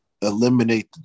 eliminate